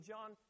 John